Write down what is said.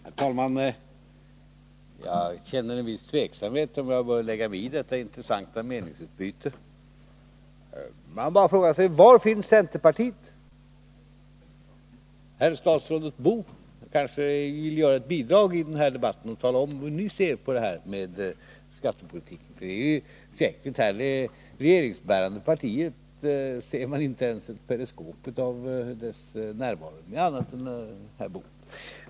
Herr talman! Jag känner en viss tveksamhet om huruvida jag bör lägga mig i detta intressanta meningsutbyte eller inte. Men man frågar sig: Var finns centerpartiet? Herr statsrådet Boo kanske vill lämna ett bidrag till den här debatten genom att tala om hur ni ser på skattepolitiken — det är ju vettigt. Av . det regeringsbärande partiets närvaro ser man inte ens periskopet — det är ingen annan här än herr Bohman.